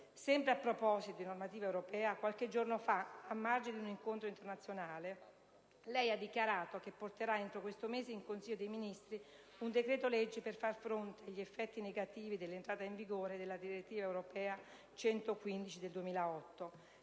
Sempre a proposito di normativa europea, qualche giorno fa, a margine di un incontro internazionale, lei ha dichiarato che porterà entro questo mese in Consiglio dei ministri un decreto-legge per far fronte agli effetti negativi dell'entrata in vigore della direttiva europea n. 115 del 2008,